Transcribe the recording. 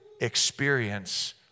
experience